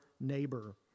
neighbor